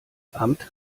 amt